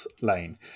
Lane